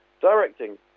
directing